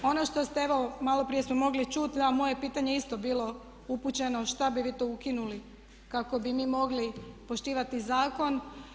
Ono što ste evo malo prije ste mogli čuti a moje pitanje je isto bilo upućeno šta bi vi to ukinuli kako bi mi mogli poštivati zakon.